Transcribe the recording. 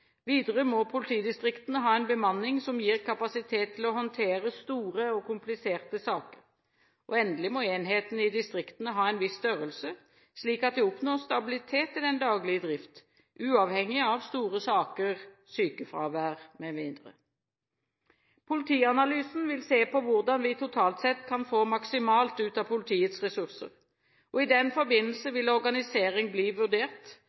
Videre må politidistriktene ha en bemanning som gir kapasitet til å håndtere store og kompliserte saker. Endelig må enhetene i distriktene ha en viss størrelse, slik at det oppnås stabilitet i den daglige drift, uavhengig av store saker, sykefravær m.m. Politianalysen vil se på hvordan vi totalt sett kan få maksimalt ut av politiets ressurser. I den forbindelse vil organisering bli vurdert,